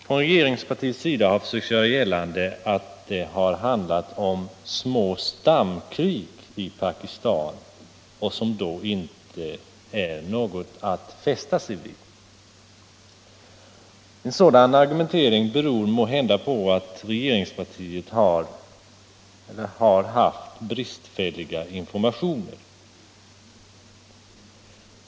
Från regeringspartiets sida har man försökt göra gällande att det har handlat om små stamkrig i Pakistan, som inte är något att fästa sig vid. En sådan argumentering beror måhända på att regeringspartiet har bristfälliga informationer.